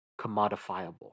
commodifiable